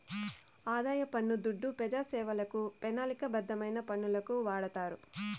ఆదాయ పన్ను దుడ్డు పెజాసేవలకు, పెనాలిక బద్ధమైన పనులకు వాడతారు